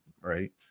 right